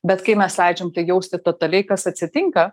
bet kai mes leidžiam tai jausti totaliai kas atsitinka